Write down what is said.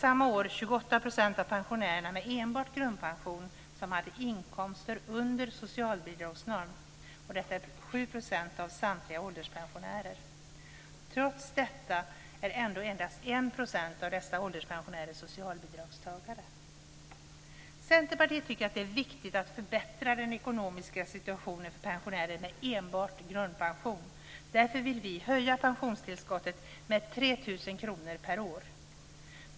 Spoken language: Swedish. Samma år hade 28 % av pensionärer med enbart grundpension inkomster under socialbidragsnormen - det gäller 7 % av samtliga ålderspensionärer. Trots det är endast Centerpartiet tycker att det är viktigt att förbättra den ekonomiska situationen för pensionärer med enbart grundpension. Därför vill vi höja pensionstillskottet med 3 000 kr per år.